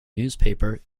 newspaper